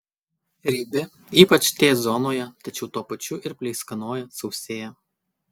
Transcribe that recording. riebi ypač t zonoje tačiau tuo pačiu ir pleiskanoja sausėja